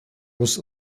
was